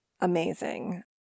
amazing